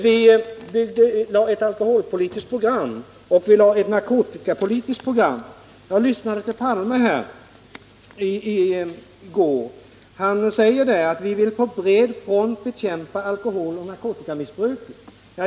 Vidare lade vi fram ett alkoholpolitiskt och ett narkotikapolitiskt program. Var det högerpolitik? Jag lyssnade till Olof Palme i går. Han sade vid det tillfället: Vi vill på bred front bekämpa alkoholoch narkotikamissbruket.